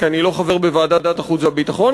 כי אני לא חבר בוועדת החוץ והביטחון,